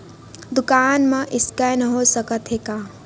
दुकान मा स्कैन हो सकत हे का?